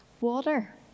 Water